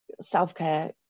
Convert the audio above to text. self-care